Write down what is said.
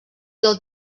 del